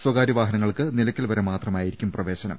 സ്വകാര്യ വാഹനങ്ങൾക്ക് നിലക്കൽ വരെ മാത്രമായിരിക്കും പ്രവേശനം